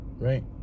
right